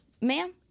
ma'am